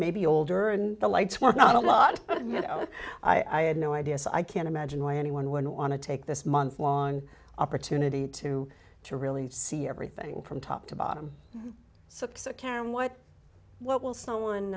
maybe older and the lights were not a lot i had no idea so i can't imagine why anyone would want to take this monthlong opportunity to to really see everything from top to bottom so it's a cam what what will someone